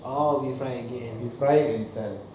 oh you fried again